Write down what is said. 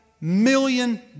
million